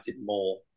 more